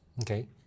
Okay